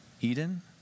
Eden